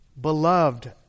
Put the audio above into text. beloved